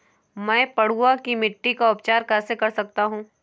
मैं पडुआ की मिट्टी का उपचार कैसे कर सकता हूँ?